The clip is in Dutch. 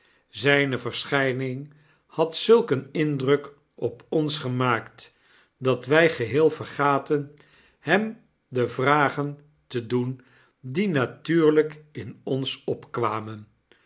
zijne verschijning had zulk een indruk op ons gemaakt dat wij geheel vergaten hem de vragen te doen die natuurlijk in ons opkwamen